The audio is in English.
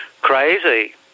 crazy